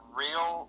real